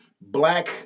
black